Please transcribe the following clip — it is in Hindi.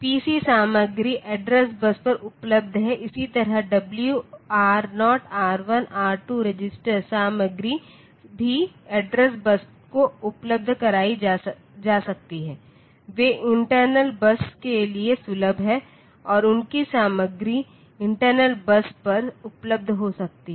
पीसी सामग्री एड्रेस बस पर उपलब्ध है इसी तरह W R 0 R 1 R 2 register सामग्री भी एड्रेस बस को उपलब्ध कराई जा सकती है वे इंटरनल बस के लिए सुलभ हैं और उनकी सामग्री इंटरनल बस पर उपलब्ध हो सकती है